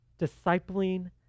discipling